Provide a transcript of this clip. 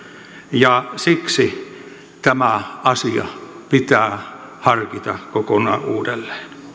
ja siksi tämä asia pitää harkita kokonaan uudelleen